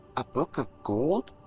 a book of gold?